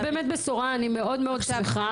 זו באמת בשורה שאני שמחה לשמוע,